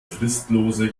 fristlose